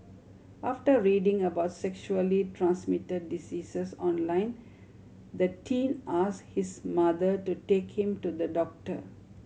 after reading about sexually transmitted diseases online the teen asked his mother to take him to the doctor